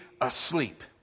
asleep